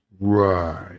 Right